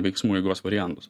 veiksmų eigos variantus